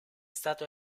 stato